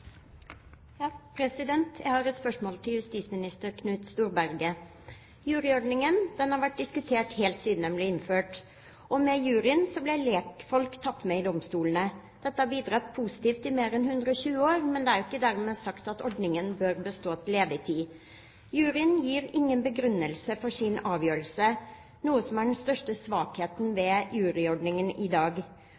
innført. Med juryordningen ble lekfolk tatt med i domstolene. Dette har bidratt positivt i mer enn 120 år, men det er ikke dermed sagt at ordningen bør bestå til evig tid. Juryen gir ingen begrunnelse for sin avgjørelse, noe som er den største svakheten